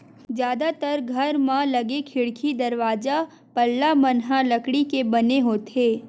जादातर घर म लगे खिड़की, दरवाजा, पल्ला मन ह लकड़ी के बने होथे